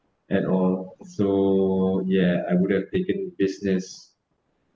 at all so ya I would have taken business